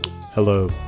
Hello